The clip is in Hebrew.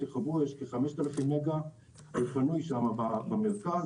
יש כ-5,000 מגה פנויים שם במרכז,